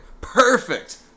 Perfect